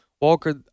Walker